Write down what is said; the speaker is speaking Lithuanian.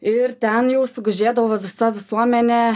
ir ten jau sugužėdavo visa visuomenė